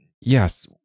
yes